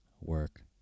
work